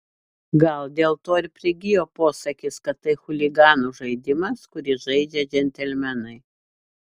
gal dėl to ir prigijo posakis kad tai chuliganų žaidimas kurį žaidžia džentelmenai